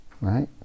right